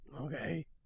Okay